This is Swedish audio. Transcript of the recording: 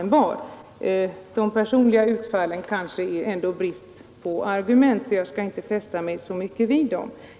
De personliga utfallen kanske endast är brist på argument, och jag fäster mig inte så mycket vid dem.